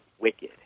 wicked